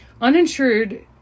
Uninsured